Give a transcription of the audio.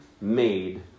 made